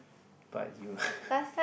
but you